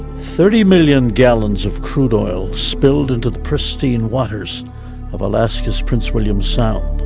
thirty million gallons of crude oil spilled into the pristine waters of alaska's prince william sound.